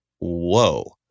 whoa